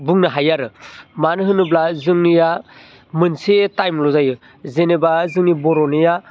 बुंनो हायो आरो मानो होनोब्ला जोंनिया मोनसे टाइमल' जायो जेनोबा जोंनि बर'निया